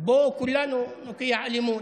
בוא כולנו נוקיע אלימות.